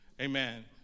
Amen